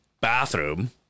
bathroom